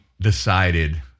decided